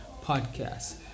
podcast